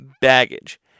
baggage